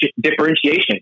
differentiation